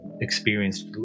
experienced